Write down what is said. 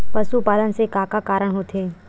पशुपालन से का का कारण होथे?